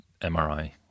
MRI